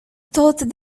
thought